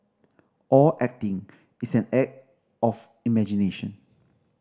all acting is an act of imagination